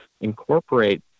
incorporate